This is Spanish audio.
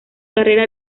carrera